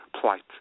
plight